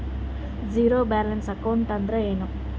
Zero balance account ಅಂದ್ರ ಏನು?